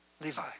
Levi